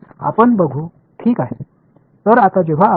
இந்த சமன்பாட்டை இங்கே 1 என்று அழைப்போம்